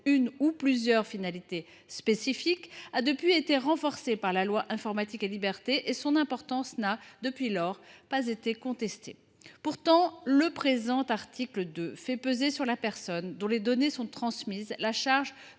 une ou plusieurs finalités spécifiques, a été renforcé par la suite par la loi Informatique et libertés ; son importance n’a depuis lors jamais été contestée. Or le présent article fait peser sur la personne dont les données sont transmises la